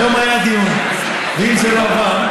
והיום היה דיון, ואם זה לא עבר,